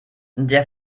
der